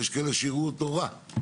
יש כאלה שיראו אותו רע,